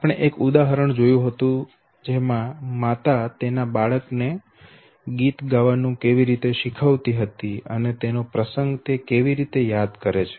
આપણે એક ઉદાહરણ જોયું હતું જેમાં માતા તેના બાળકને ગીત ગાવાનું કેવી રીતે શીખવતી હતી અને તેનો પ્રસંગ તે કેવી રીતે યાદ કરે છે